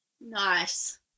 nice